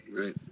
right